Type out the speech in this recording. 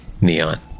Neon